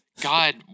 god